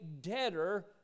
debtor